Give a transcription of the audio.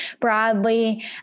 broadly